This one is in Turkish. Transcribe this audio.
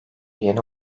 yeni